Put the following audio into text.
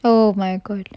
oh my god